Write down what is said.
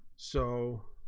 so